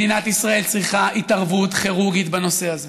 מדינת ישראל צריכה התערבות כירורגית בנושא הזה,